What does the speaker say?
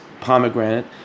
pomegranate